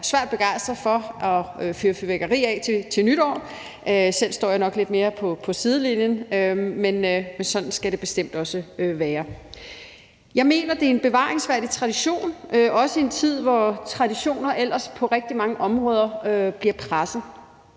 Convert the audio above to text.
som er svært begejstrede for at fyre fyrværkeri af til nytår; selv står jeg nok lidt mere på sidelinjen. Men sådan skal det bestemt også være. Jeg mener, det er en bevaringsværdig tradition, også i en tid, hvor traditioner ellers på rigtig mange områder bliver presset.